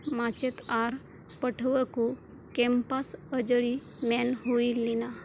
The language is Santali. ᱢᱟᱪᱮᱫ ᱟᱨ ᱯᱟᱹᱴᱷᱣᱟᱹ ᱠᱚ ᱠᱮᱢᱯᱟᱥ ᱟᱹᱡᱟᱹᱲᱤ ᱢᱮᱱ ᱦᱩᱭ ᱞᱮᱱᱟ